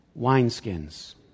wineskins